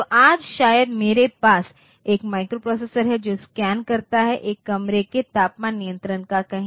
तो आज शायद मेरे पास एक माइक्रोप्रोसेसर है जो स्कैन करता है एक कमरे के तापमान नियंत्रण का कहे